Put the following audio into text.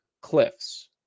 cliffs